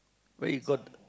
where you got